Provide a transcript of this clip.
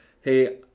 Hey